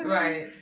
right.